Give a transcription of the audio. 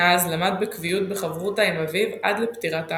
מאז, למד בקביעות בחברותא עם אביו עד לפטירת האב.